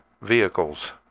Vehicles